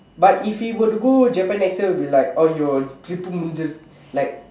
but if we were to go Japan next year it will be like !aiyo! trip முடிந்து:mudindthu like